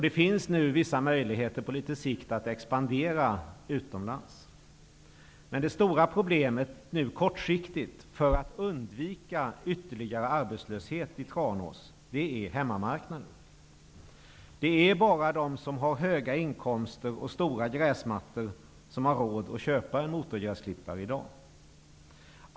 Det finns vissa möjligheter att på sikt expandera utomlands. Det stora problemet på kort sikt, som gör det svårt att undvika arbetslöshet, är hemmamarknaden. Det är bara de som har höga inkomster och stora gräsmattor som har råd att köpa en motorgräsklippare i dag.